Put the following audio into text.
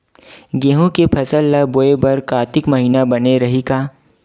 गेहूं के फसल ल बोय बर कातिक महिना बने रहि का?